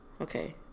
Okay